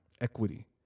equity